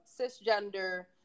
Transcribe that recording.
cisgender